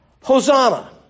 Hosanna